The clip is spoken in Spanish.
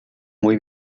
muy